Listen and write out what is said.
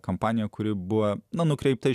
kampanija kuri buvo nukreipta